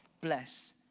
bless